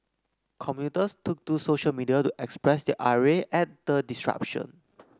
commuters took to social media to express their ire at the disruption